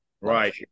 Right